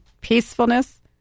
peacefulness